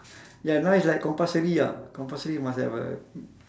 ya now it's like compulsory ah compulsory must have a